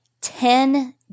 ten